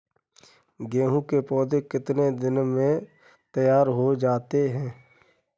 गेहूँ के पौधे कितने दिन में तैयार हो जाते हैं?